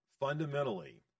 fundamentally